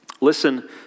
Listen